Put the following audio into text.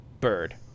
bird